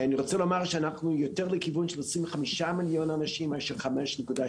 אני רוצה לומר שאנחנו יותר לכיוון של 25 מיליון אנשים מאשר 5.6,